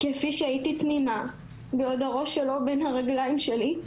כפי שהייתי תמימה בעוד שהראש שלו בין הרגליים שלי,